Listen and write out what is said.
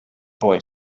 boy